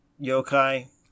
yokai